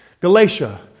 Galatia